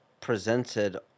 presented